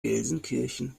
gelsenkirchen